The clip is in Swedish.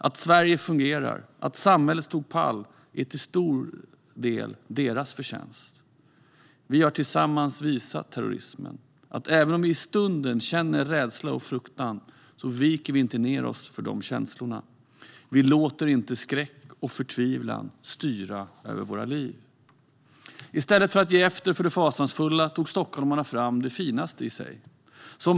Att Sverige fungerar, att samhället stod pall är till stor del deras förtjänst. Vi har tillsammans visat terrorismen att vi även om vi i stunden känner rädsla och fruktan inte viker ned oss för de känslorna. Vi låter inte skräck och förtvivlan styra över våra liv. I stället för att ge efter för det fasansfulla tog stockholmarna fram det finaste i sig.